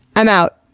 i'm out.